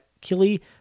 killy